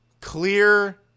clear